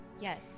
Yes